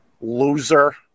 Loser